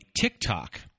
TikTok